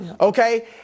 Okay